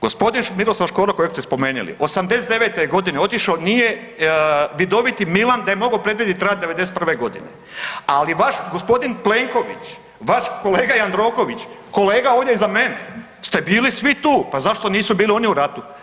Gospodin Miroslav Škoro kojeg ste spomenili '89. je godine otišao nije vidoviti Milan da je mogao predvidjeti rat '91. godine, ali vaš gospodin Plenković, vaš kolega Jandroković, kolega ovdje iza mene ste bili svi tu pa zašto nisu bili oni u ratu.